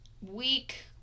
week